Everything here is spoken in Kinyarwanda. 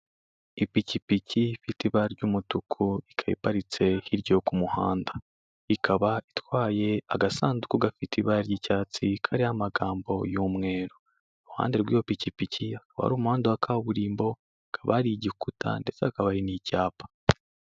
Ipikipiki ifite ibara ry'umutuku ikaba iparitse hirya yo ku muhanda. Ikaba itwaye agasanduku gafite ibara ry'icyatsi kariho amagambo y'umweru. Iruhande rw'iyo pikipiki hakaba hari umuhanda wa kaburimbo, hakaba hari igikuta ndetse hakaba hari n'icyapa.